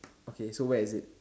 okay so where is it